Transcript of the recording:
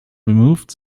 removed